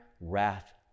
wrath